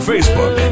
Facebook